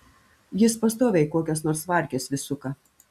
jis pastoviai kokias nors varkes vis suka